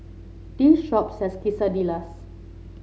this shop sells Quesadillas